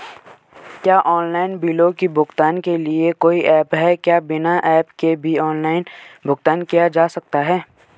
क्या ऑनलाइन बिलों के भुगतान के लिए कोई ऐप है क्या बिना ऐप के भी ऑनलाइन भुगतान किया जा सकता है?